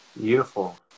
Beautiful